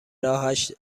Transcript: راهش